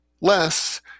less